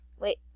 wait